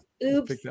Oops